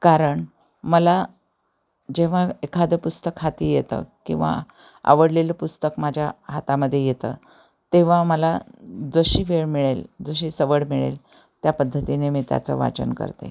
कारण मला जेव्हा एखादं पुस्तक हाती येतं किंवा आवडलेलं पुस्तक माझ्या हातामध्ये येतं तेव्हा मला जशी वेळ मिळेल जशी सवड मिळेल त्या पद्धतीने मी त्याचं वाचन करते